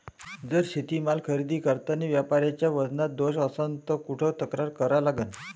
जर शेतीमाल खरेदी करतांनी व्यापाऱ्याच्या वजनात दोष असन त कुठ तक्रार करा लागन?